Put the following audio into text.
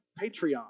Patreon